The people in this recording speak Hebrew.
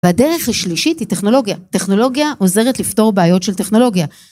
‫והדרך השלישית היא טכנולוגיה. ‫טכנולוגיה עוזרת לפתור בעיות של טכנולוגיה.